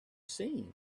seen